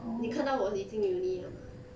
你看到我已经 uni 了 mah